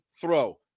throw